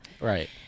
Right